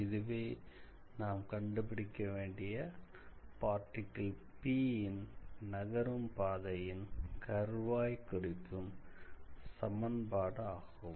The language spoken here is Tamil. இதுவே நாம் கண்டுபிடிக்க வேண்டிய பார்ட்டிகிள் P நகரும் பாதையின் கர்வ் ஐ குறிக்கும் சமன்பாடு ஆகும்